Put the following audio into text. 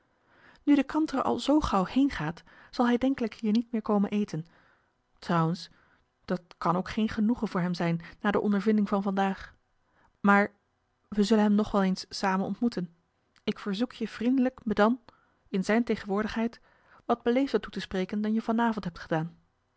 nu de kantere al zoo gauw heengaat zal hij denkelijk hier niet meer komen eten trouwens dat kan ook geen genoegen voor hem zijn na de ondervinding van vandaag maar we zullen hem nog wel eens samen ontmoeten ik verzoek je vriendelijk me dan in zijn tegenwoordigheid wat beleefder toe te spreken dan je van avond hebt gedaan